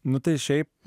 nu tai šiaip